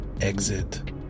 exit